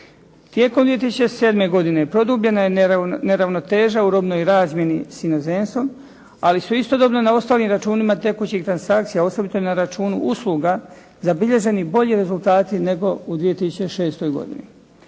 Tijekom 2007. godine produbljena je neravnoteža u robnoj razmijeni s inozemstvom, ali su istodobno na ostalim računima tekućih transakcija, osobito na računu usluga zabilježeni bolji rezultati nego u 2006. godini.